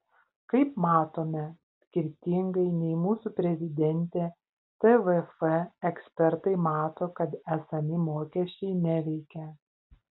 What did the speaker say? kaip matome skirtingai nei mūsų prezidentė tvf ekspertai mato kad esami mokesčiai neveikia